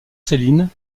céline